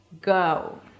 go